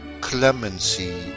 clemency